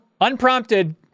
unprompted